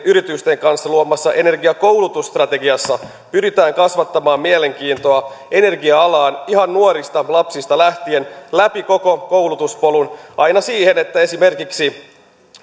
yritysten kanssa luomassa energiakoulutusstrategiassa pyritään kasvattamaan mielenkiintoa energia alaan ihan nuorista lapsista lähtien läpi koko koulutuspolun aina siihen että esimerkiksi